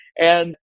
And-